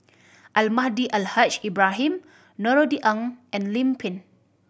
Almahdi Al Haj Ibrahim Norothy Ng and Lim Pin